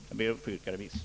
Jag ber att få yrka på remiss.